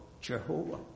Jehovah